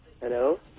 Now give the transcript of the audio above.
Hello